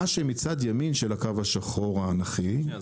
מה שמצד ימין של הקו השחור האנכי --- רק שנייה,